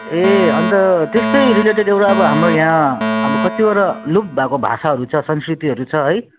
ए अनि त त्यस्तै रिलेटेड एउटा अब हाम्रो यहाँ अब कतिवटा लुप्त भएको भाषाहरू छ संस्कृतिहरू छ है